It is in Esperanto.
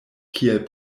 kiel